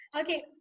Okay